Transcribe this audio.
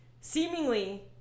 seemingly